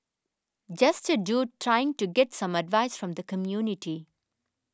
just a dude trying to get some advice from the community